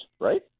Right